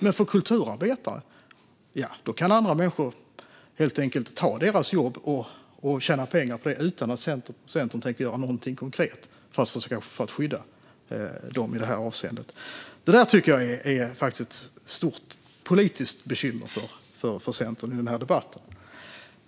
Men när det gäller kulturarbetare kan andra människor helt enkelt ta deras jobb och tjäna pengar på det utan att Centern tänker göra någonting konkret för att skydda dem i det avseendet. Det tycker jag är ett stort politiskt bekymmer för Centern i den här debatten.